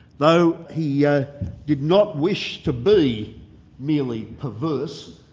though he yeah did not wish to be merely perverse,